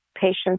patients